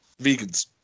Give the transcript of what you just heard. Vegans